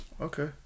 Okay